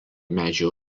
medžių